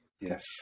Yes